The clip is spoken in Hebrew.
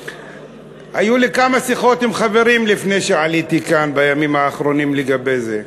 היו לי כמה שיחות עם חברים בימים האחרונים לגבי זה,